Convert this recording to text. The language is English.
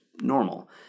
normal